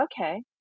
okay